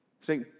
See